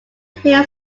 hill